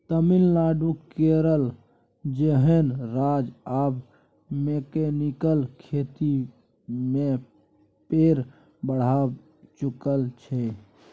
तमिलनाडु, केरल जेहन राज्य आब मैकेनिकल खेती मे पैर बढ़ाए चुकल छै